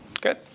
Good